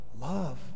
Love